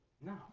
No